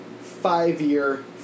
five-year